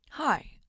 Hi